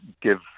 give